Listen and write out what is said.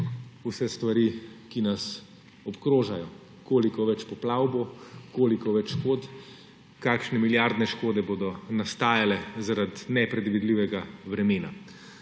vse stvari, ki nas obkrožajo; koliko več poplav bo, koliko več škod, kakšne milijardne škode bodo nastajale zaradi nepredvidljivega vremena.